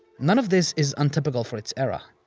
none of this is untypical for its era.